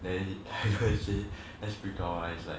then he lionel say let's break up lah it's like